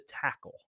tackle